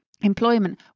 Employment